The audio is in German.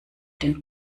den